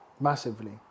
Massively